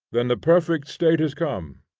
then the perfect state is come,